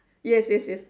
yes yes yes